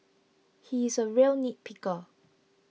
he is a real nitpicker